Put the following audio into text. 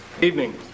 Evening